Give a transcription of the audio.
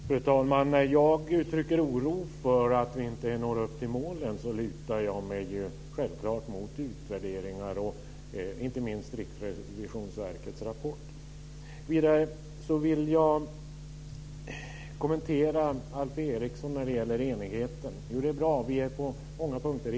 Fru talman! När jag uttrycker oro för att vi inte når upp till målen, så lutar jag mig självklart mot utvärderingar och inte minst Riksrevisionsverkets rapport. Vidare vill jag kommentera Alf Eriksson när det gäller enigheten. Jo, det är bra att vi är eniga på många punkter.